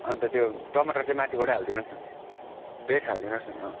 अन्त त्यो टमाटर चाहिँ माथिबाटै हालिदिनु होस् न फ्रेस हालिदिनु होस् न